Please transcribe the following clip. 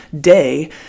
day